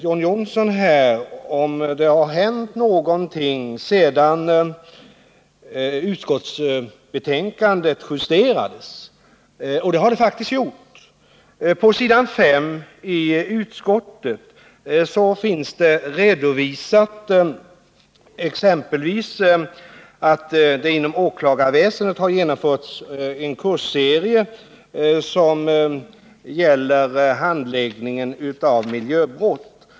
John Johnsson frågade om det har hänt någonting sedan utskottsbetänkandet justerades. Det har det faktiskt gjort. På s. 5 i utskottsbetänkandet redovisas exempelvis att det inom åklagarväsendet har genomförts en kursserie avseende handläggningen av miljöbrott.